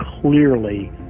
clearly